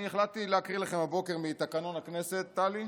אני החלטתי להקריא לכם הבוקר מתקנון הכנסת, טלי.